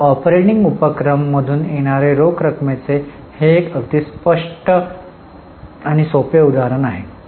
तर ऑपरेटिंग उपक्रम मधून येणार्या रोख रकमेचे हे एक अगदी स्पष्ट कट आणि सोपे उदाहरण आहे